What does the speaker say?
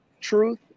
truth